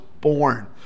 born